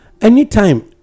Anytime